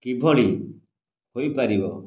କିଭଳି ହୋଇପାରିବ